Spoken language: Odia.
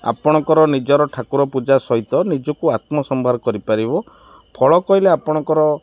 ଆପଣଙ୍କର ନିଜର ଠାକୁର ପୂଜା ସହିତ ନିଜକୁ ଆତ୍ମସମ୍ଭାର କରିପାରିବ ଫଳ କହିଲେ ଆପଣଙ୍କର